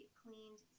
cleaned